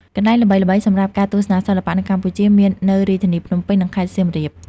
កន្លែងល្បីៗសម្រាប់ការទស្សនាសិល្បៈនៅកម្ពុជាមាន នៅរាជធានីភ្នំពេញ និងខេត្តសៀមរាប។